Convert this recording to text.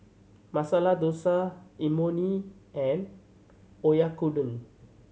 Masala Dosa Imoni and Oyakodon